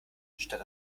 statt